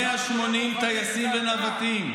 180 טייסים ונווטים,